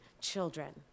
children